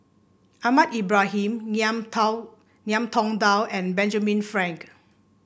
Ahmad Ibrahim Ngiam Tao Ngiam Tong Dow and Benjamin Frank